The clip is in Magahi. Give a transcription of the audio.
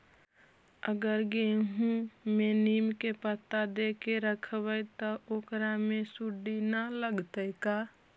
अगर गेहूं में नीम के पता देके यखबै त ओकरा में सुढि न लगतै का?